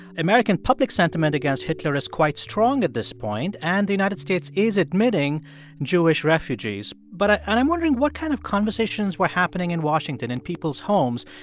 american public sentiment against hitler is quite strong at this point, and the united states is admitting jewish refugees. but ah and i'm wondering what kind of conversations were happening in washington in people's homes?